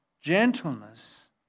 gentleness